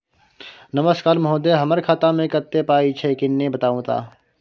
नमस्कार महोदय, हमर खाता मे कत्ते पाई छै किन्ने बताऊ त?